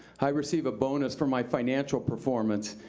i receive a bonus for my financial performance.